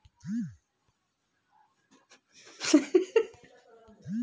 ವಿವಿಧ ಬೆಳೆಗಳಿಗೆ ನಾನು ಹೇಗೆ ಮೋಟಾರ್ ಹೊಂದಿಸಬೇಕು?